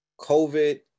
COVID